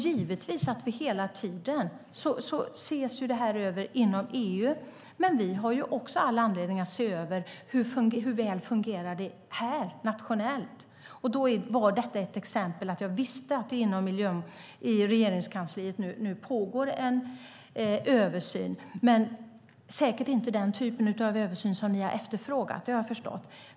Givetvis ses detta över inom EU. Men vi har också all anledning att se över hur väl det fungerar här, nationellt. Då var detta ett exempel. Jag visste att det inom Regeringskansliet nu pågår en översyn. Men det är säkert inte den typen av översyn som ni har efterfrågat. Det har jag förstått.